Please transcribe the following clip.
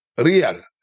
real